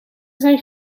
zijn